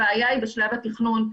הבעיה היא בשלב התכנון.